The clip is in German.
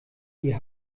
die